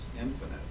infinite